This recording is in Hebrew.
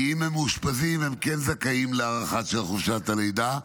כי אם הם מאושפזים הם כן זכאים להארכת חופשת הלידה.